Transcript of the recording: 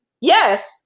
yes